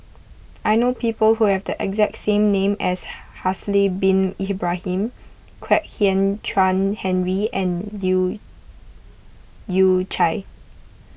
I know people who have the exact name as Haslir Bin Ibrahim Kwek Hian Chuan Henry and Leu Yew Chye